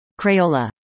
Crayola